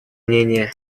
мнения